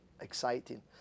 exciting